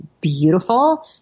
beautiful